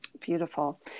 beautiful